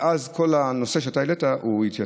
ואז כל הנושא שאתה העלית יתייתר.